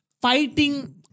fighting